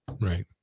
Right